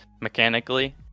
mechanically